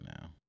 now